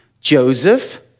joseph